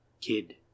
Kid